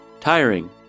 tiring